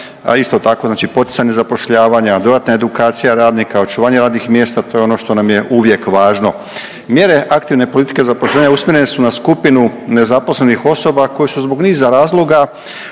a isto tako znači poticanje zapošljavanja, dodatna edukacija radnika, očuvanje radnih mjesta. To je ono što nam je uvijek važno. Mjere aktivne politike zapošljavanja usmjerene su na skupinu nezaposlenih osoba koje su zbog niza razloga